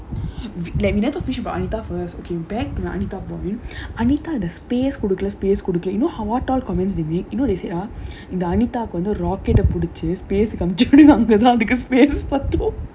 let me we never talk finish about anita first okay back to the anita point anita the space கொடுக்கல:kodukkala space கொடுக்கல:kodukkala you know how comments they make you know they said ah the anita வந்து:vandhu rocket பிடிச்சு:pidichu space அனுப்பிச்சி:anupichu space பத்தும்:paththum